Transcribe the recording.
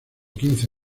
quince